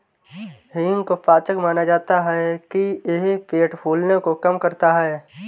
हींग को पाचक माना जाता है कि यह पेट फूलने को कम करता है